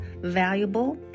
valuable